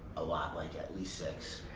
a lot, like at least six.